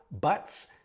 butts